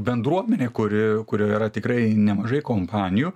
bendruomenė kuri kurioj yra tikrai nemažai kompanijų